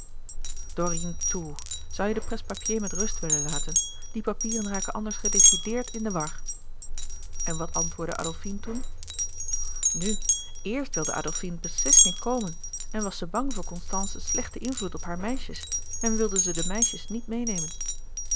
dorine toe zoû je de presse-papier met rust willen laten die papieren raken anders gedecideerd in de war en wat antwoordde adolfine toen nu eerst wilde adolfine beslist niet komen en was ze bang voor constance's slechten invloed op hare meisjes en wilde ze de meisjes niet meênemen